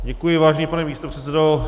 Děkuji, vážený pane místopředsedo.